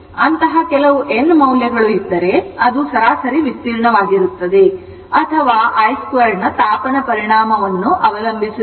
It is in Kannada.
ಅಂತಹ ಕೆಲವು n ಮೌಲ್ಯಗಳು ಇದ್ದರೆ ಅದು ಸರಾಸರಿ ವಿಸ್ತೀರ್ಣವಾಗಿರುತ್ತದೆ ಅಥವಾ i 2 ರ ತಾಪನ ಪರಿಣಾಮವನ್ನು ಅವಲಂಬಿಸಿರುತ್ತದೆ